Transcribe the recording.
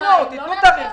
תאריך.